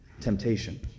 Temptation